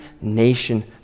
nation